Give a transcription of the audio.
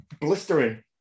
blistering